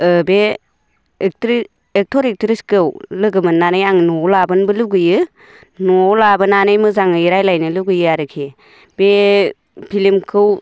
ओ बे actress actor एक्ट्रेसखौ लोगो मोननानै आङो न'आव लाबोनोबो लुगैयो न'आव लाबोनानै मोजाङै रायज्लायनो लुगैयो आरोखि बे फिलमखौ